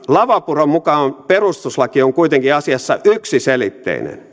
lavapuron mukaan perustuslaki on kuitenkin asiassa yksiselitteinen